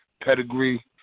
pedigree